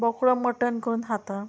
बोकडो mutton करून खाता